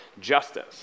justice